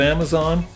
Amazon